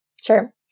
Sure